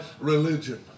religion